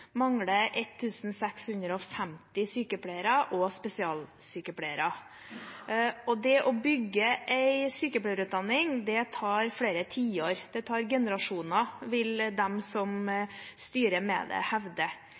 mangler 1 650 sykepleiere og spesialsykepleiere, og det å bygge en sykepleierutdanning tar flere tiår – det tar generasjoner, vil de som styrer med